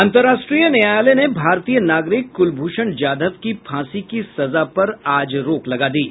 अंतर्राष्ट्रीय न्यायालय ने भारतीय नागरिक कुलभूषण जाधव की फांसी की सजा पर रोक लगा दी है